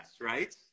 right